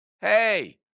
Hey